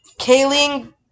Kayleen